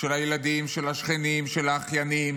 של הילדים, של השכנים, של האחיינים,